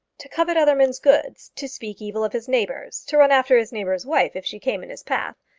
to covet other men's goods, to speak evil of his neighbours, to run after his neighbour's wife if she came in his path,